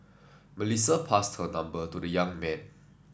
Melissa passed her number to the young man